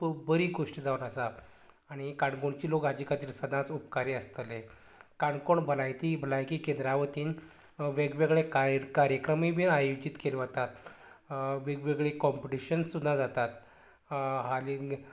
खूब बरी गोश्ट जावन आसा आनी काणकोणचे लोक हाजे खातीर सदांच उपकारी आसतले काणकोण भलायती भलायकी केंद्रावतीन वेगवेगळे कायर कार्यक्रमूय बी आयोजीत केल्ले वतात वेगवेगळीं कोम्पिटिशन सुद्दां जातात हाली